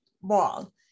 wall